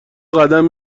قدم